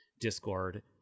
Discord